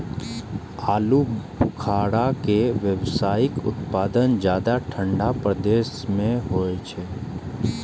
आलू बुखारा के व्यावसायिक उत्पादन ज्यादा ठंढा प्रदेश मे होइ छै